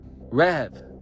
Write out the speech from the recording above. Rev